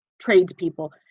tradespeople